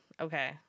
Okay